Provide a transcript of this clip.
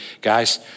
guys